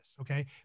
okay